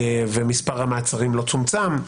ומספר המעצרים לא צומצם,